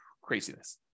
Craziness